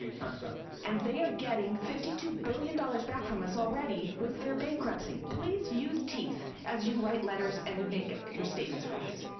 time's up. and they are getting fifty two billion dollars back from us already with their bankruptcy. please use teeth as you write letters and make your statements for us.